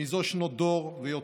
זה שנות דור ויותר.